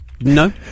No